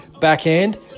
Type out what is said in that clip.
backhand